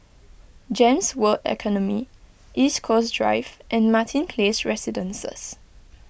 Gems World Academy East Coast Drive and Martin Place Residences